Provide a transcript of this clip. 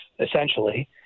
essentially